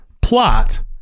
plot